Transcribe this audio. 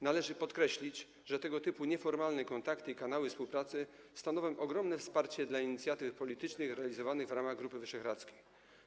Należy podkreślić, że tego typu nieformalne kontakty i kanały współpracy stanowią ogromne wsparcie dla inicjatyw politycznych realizowanych w ramach Grupy Wyszehradzkiej.